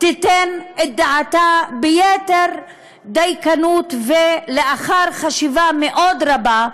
תיתן את דעתה ביתר דייקנות, ולאחר חשיבה מאוד רבה,